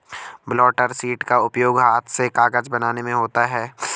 blotter sheet का उपयोग हाथ से कागज बनाने में होता है